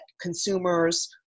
consumers